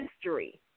history